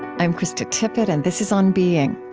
i'm krista tippett, and this is on being.